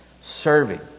serving